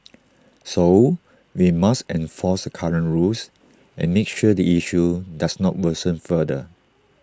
so we must enforce the current rules and make sure the issue does not worsen further